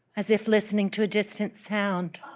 as if listening to a distant sound.